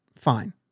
fine